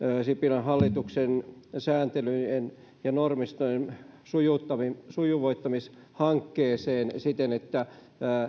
sipilän hallituksen sääntelyjen ja normistojen sujuvoittamishankkeeseen siten että